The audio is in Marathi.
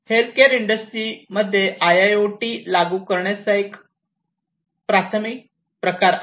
हेल्थकेअर इंडस्ट्रीमध्ये आयआयओटी लागू करण्याचा एक अतिशय प्राथमिक प्रकार आहे